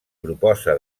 proposa